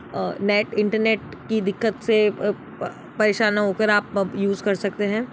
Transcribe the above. net internet की दिक्कत से परेशान न होकर आप यूस कर सकते हैं